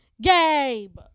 gabe